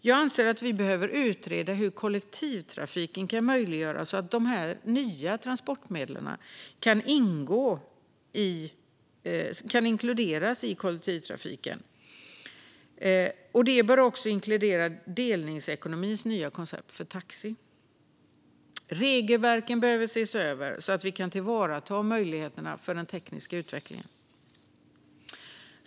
Jag anser att vi behöver utreda hur kollektivtrafiken kan möjliggöra att dessa nya transportmedel inkluderas. Detta bör också inkludera delningsekonomins nya koncept för taxi. Regelverken behöver ses över så att vi kan tillvarata de möjligheter som den tekniska utvecklingen ger.